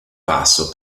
passo